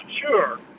sure